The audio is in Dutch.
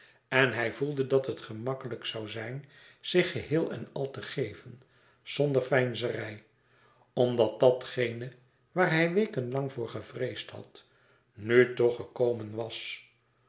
en hij voelde dat het gemakkelijk zoû zijn zich geheel en al te geven zonder veinzerij omdat datgene waar hij weken lang voor gevreesd had nu toch gekomen was